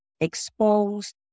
exposed